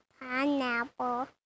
pineapple